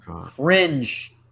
cringe